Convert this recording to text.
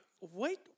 wait